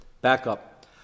backup